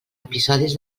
episodis